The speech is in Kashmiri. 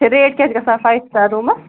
ریٹ کیٛاہ چھِ گژھان فایِو سِٹار روٗمَس